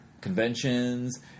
Conventions